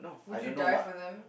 would you die for them